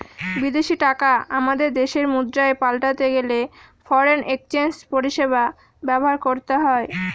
বিদেশী টাকা আমাদের দেশের মুদ্রায় পাল্টাতে গেলে ফরেন এক্সচেঞ্জ পরিষেবা ব্যবহার করতে হয়